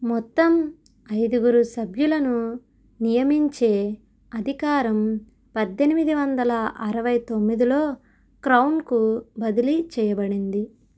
మొత్తం ఐదుగురు సభ్యులను నియమించే అధికారం పద్దెనిమిది వందల అరవై తొమ్మిదిలో క్రౌన్కు బదిలీ చేయబడింది